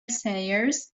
sayers